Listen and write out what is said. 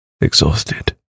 Exhausted